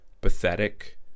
pathetic